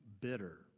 bitter